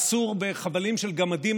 האסור בחבלים של גמדים,